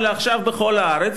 אלא עכשיו בכל הארץ.